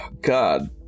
God